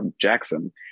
Jackson